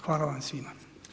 Hvala vam svima.